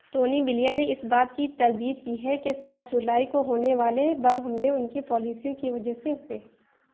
Tony Blair نے اس بات کی تردید کی ہے کہ سات جولائی کو ہونے والے بم حملے ان کی پالیسیوں کی وجہ سے ہوئے